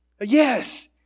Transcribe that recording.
Yes